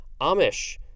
Amish